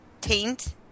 Taint